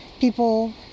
people